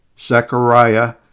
Zechariah